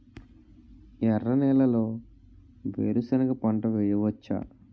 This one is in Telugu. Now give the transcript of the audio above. ఎర్ర నేలలో వేరుసెనగ పంట వెయ్యవచ్చా?